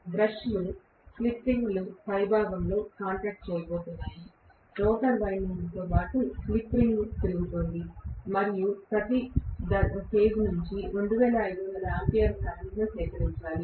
బ్రష్లు slip ring పైభాగంలో కాంటాక్ట్చేయబోతున్నాయి రోటర్ వైండింగ్తో పాటు స్లిప్ రింగ్ తిరుగుతోంది మరియు ప్రతి ఫేజ్ నుండి 2500 ఆంపియర్ కరెంట్ను సేకరించాలి